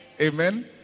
Amen